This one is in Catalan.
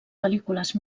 pel·lícules